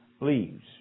leaves